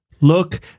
Look